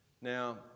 Now